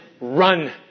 Run